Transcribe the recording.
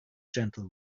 gentle